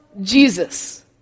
Jesus